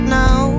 now